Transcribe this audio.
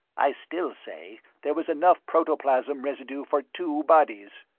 i still say there was enough protoplasm residue for two bodies.